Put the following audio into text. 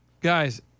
Guys